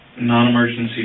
non-emergency